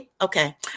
Okay